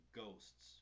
ghosts